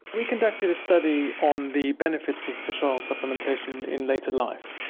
we conducted a study on the benefits of fish ah oil supplementation in later life.